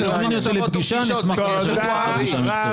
אם תזמיני אותי לפגישה אשמח להיפגש פגישה מקצועית.